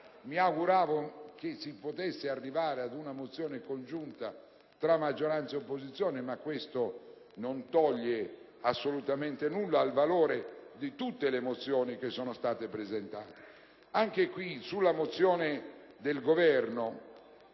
Mi auguravo che si potesse arrivare ad una mozione congiunta di maggioranza e opposizione, ma questo non toglie assolutamente nulla al valore di tutte le mozioni presentate. Per quanto riguarda la mozione della